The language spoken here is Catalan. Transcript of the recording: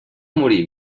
morir